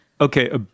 Okay